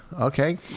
Okay